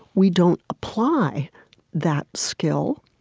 we don't apply that skill,